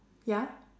ya